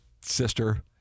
Sister